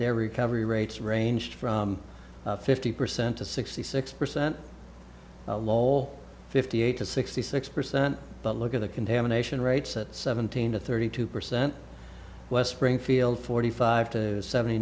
their recovery rates ranged from fifty percent to sixty six percent lol fifty eight to sixty six percent but look at the contamination rates at seventeen to thirty two percent west springfield forty five to seventy